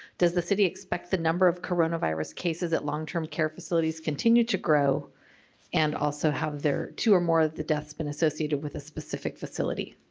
does the city expect the number of coronavirus cases at long-term care facilities continue to grow and also have their two or more of the deaths been associated with a specific facility?